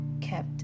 kept